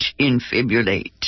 infibulate